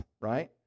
right